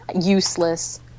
useless